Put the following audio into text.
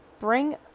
Bring